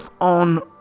on